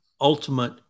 ultimate